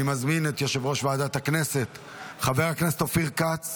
אני מזמין את יושב-ראש ועדת הכנסת חבר הכנסת אופיר כץ